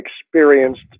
experienced